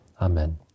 Amen